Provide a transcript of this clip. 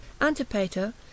Antipater